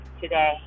today